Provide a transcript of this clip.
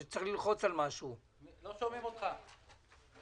אנחנו נמצאים במגפה של קורונה ואנחנו עושים כל מאמץ.